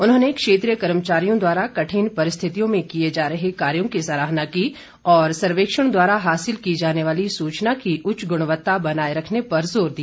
उन्होंने क्षेत्रीय कर्मचारियों द्वारा कठिन परिस्थितियों में किए जा रहे कार्यों की सराहना की और सर्वेक्षण द्वारा हासिल की जाने वाली सूचना की उच्च गुणवत्ता बनाए रखने पर जोर दिया